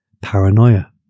Paranoia